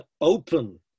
open